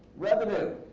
revenue.